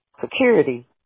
security